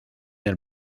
del